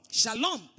shalom